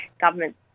government